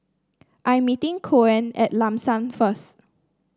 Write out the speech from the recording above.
I am meeting Koen at Lam San first